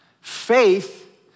Faith